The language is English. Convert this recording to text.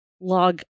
log